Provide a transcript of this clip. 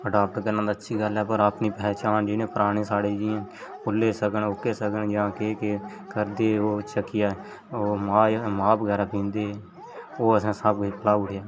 adopt करना ते अच्छी गल्ल ऐ पर अपनी पह्चान जि'यां पराने साढ़े जि'यां खु'ल्ले सगन ओह्के सगन जां केह् केह् करदे ओह् चक्किया ओह् मांह् मांह् बगैरा पीहंदे हे ओह् असें सब किश भलाऊ ओड़ेआ